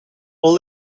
all